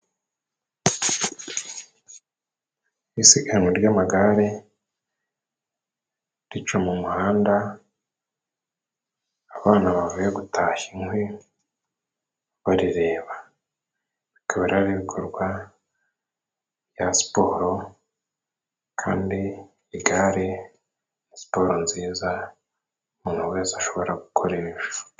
Isiganwa ry'amagare rica mu muhanda, abana bavuye gutashya inkwi barireba, rikaba rikorwa ku magare ya siporo kandi igare ni siporo nziza umuntu wese ashobora gukoresha.